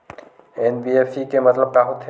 NBFC के मतलब का होथे?